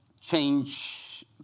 change